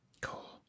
Cool